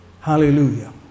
Hallelujah